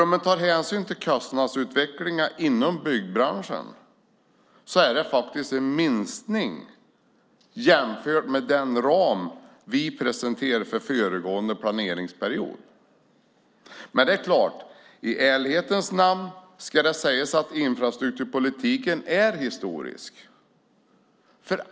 Med hänsyn till kostnadsutvecklingen inom byggbranschen är det faktiskt en minskning jämfört med den ram vi presenterade för föregående planeringsperiod. I ärlighetens namn ska det sägas att infrastrukturpolitiken är historisk.